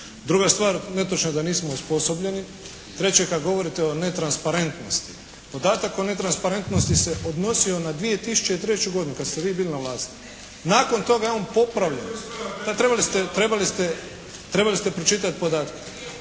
Druga stvar, netočno je da nismo osposobljeni. Treće, kad govorimo o netransparentnosti, podatak o netransparentnosti se odnosio na 2003. godinu kad ste vi bili na vlasti. Nakon toga je on popravljen. …/Upadica se ne čuje./… Trebali ste pročitati podatke.